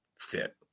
fit